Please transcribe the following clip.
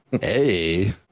hey